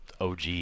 og